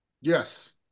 yes